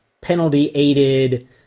penalty-aided